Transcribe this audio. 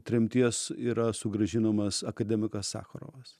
tremties yra sugrąžinamas akademikas sacharovas